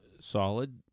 solid